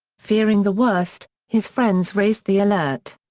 fearing the worst, his friends raised the alert.